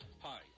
Hi